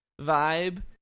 vibe